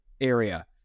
area